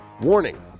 Warning